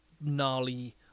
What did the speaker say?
gnarly